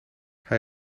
hij